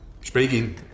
Speaking